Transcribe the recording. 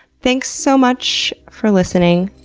thanks so much for listening.